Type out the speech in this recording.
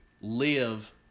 live